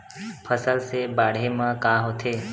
फसल से बाढ़े म का होथे?